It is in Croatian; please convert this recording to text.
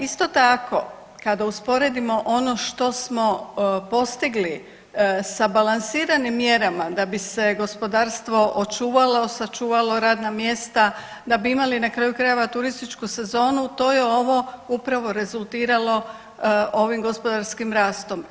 Isto tako kada usporedimo ono što smo postigli sa balansiranim mjerama da bi se gospodarstvo očuvalo, sačuvalo radna mjesta, da bi imali na kraju krajeva turističku sezonu to je ovo upravo rezultiralo ovim gospodarskim rastom.